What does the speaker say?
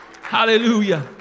Hallelujah